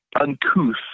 uncouth